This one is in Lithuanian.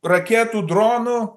raketų dronų